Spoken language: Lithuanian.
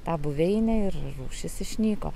tą buveinę ir rūšis išnyko